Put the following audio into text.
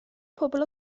pobl